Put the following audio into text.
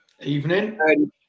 Evening